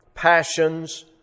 passions